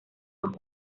unos